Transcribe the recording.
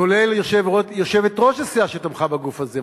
כולל יושבת-ראש הסיעה שתמכה בגוף הזה,